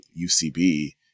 UCB